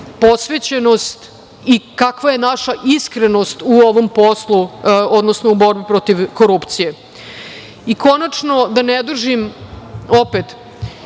posvećenost i kakva je naša iskrenost u ovom poslu, odnosno u borbi protiv korupcije. Konačno, da ne dužim opet,